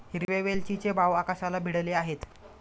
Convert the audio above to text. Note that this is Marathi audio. हिरव्या वेलचीचे भाव आकाशाला भिडले आहेत